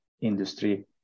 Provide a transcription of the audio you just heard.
industry